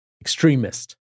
extremist